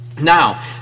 Now